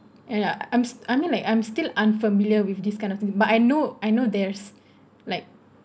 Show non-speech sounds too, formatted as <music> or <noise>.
and I I'm I mean like I'm still unfamiliar with this kind of thing but I know I know there's <breath> like